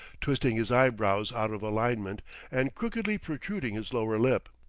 twisting his eyebrows out of alignment and crookedly protruding his lower lip.